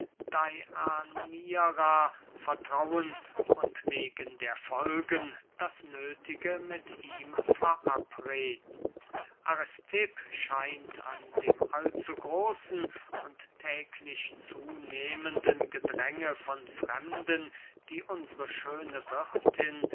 vertrauen und wegen der folgen das nöthige mit ihm verabreden aristipp scheint an dem allzugroßen und täglich zunehmenden gedränge von fremden die unsre schöne wirthin